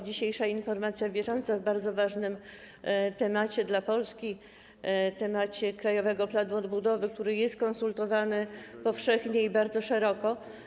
Dzisiejsza informacja bieżąca dotyczy bardzo ważnego tematu dla Polski, krajowego planu odbudowy, który jest konsultowany powszechnie i bardzo szeroko.